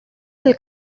del